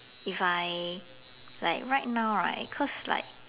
if I like right now right cause like